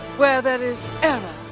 where there is error,